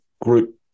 group